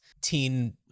teen